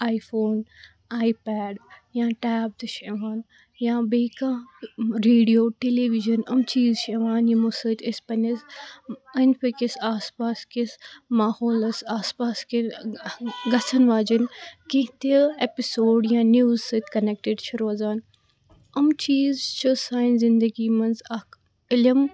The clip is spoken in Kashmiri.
آیۍفون آیۍپیڈ یا ٹیب تہِ چھِ یِوان یا بیٚیہِ کانٛہہ ریڈیو ٹیلی وِجَن یِم چیز چھِ یِوان یمو سۭتۍ أسۍ پَننِس أنٛدۍ پٔکِس آس پاس کِس ماحولَس آس پاس کہِ گَژھَن واجینۍ کیٚنٛہہ تہِ ایٚپِسۄڈ یا نِوٕز سۭتۍ کَنیٚکٹِڑ چھ روزان یِم چیز چھ سانہِ زِندَگی منٛز اَکھ عِلم